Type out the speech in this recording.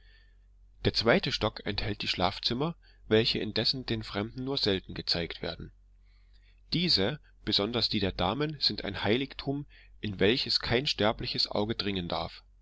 der zweite stock enthält die schlafzimmer welche indessen den fremden nur selten gezeigt werden diese besonders die der damen sind ein heiligtum in welches kein sterbliches auge dringen darf